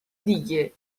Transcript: دیگه